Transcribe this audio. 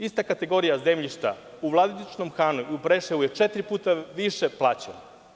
Ista kategorija zemljišta u Vladičinom Hanu, u Preševu je četiri puta više plaćena.